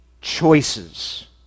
choices